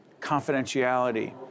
confidentiality